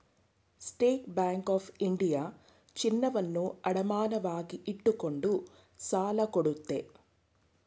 state Bank of India ಚಿನ್ನವನ್ನು ಅಡಮಾನವಾಗಿಟ್ಟುಕೊಂಡು ಸಾಲ ಕೊಡುತ್ತೆ